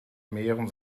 mehren